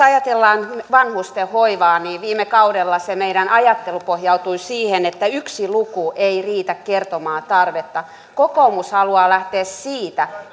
ajatellaan vanhustenhoivaa niin viime kaudella se meidän ajattelumme pohjautui siihen että yksi luku ei riitä kertomaan tarvetta kokoomus haluaa lähteä siitä